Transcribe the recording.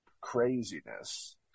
Craziness